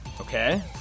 Okay